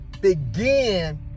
begin